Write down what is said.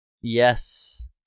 Yes